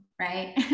right